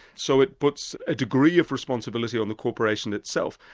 so it puts a degree of responsibility on the corporation itself.